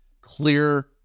clear